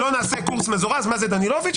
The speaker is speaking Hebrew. לא נעשה קורס מזורז מה זה דנילוביץ',